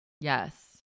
Yes